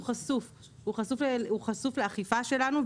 הוא חשוף לאכיפה שלנו,